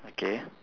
okay